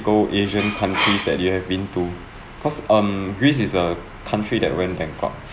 asian countries that you have been to cause um greece is a country that went bankrupt